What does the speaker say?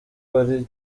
buri